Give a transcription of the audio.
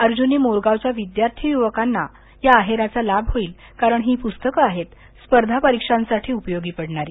अर्ज्नी मोरगावच्या विद्यार्थी य्वकांना या आहेराचा लाभ होईल कारण ही पुस्तकं आहेत स्पर्धा परिक्षांसाठी उपयोगी पडणारी